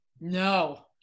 No